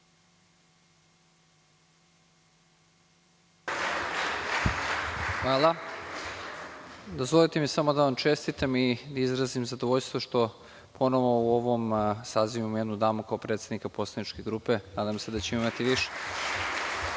Dozvolite samo da vam čestitam i izrazim zadovoljstvo što ponovo u ovom sazivu imamo jednu damu kao predsednika poslaničke grupe, a nadam se da ćemo imati više. Reč